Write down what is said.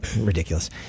Ridiculous